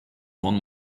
one